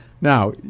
Now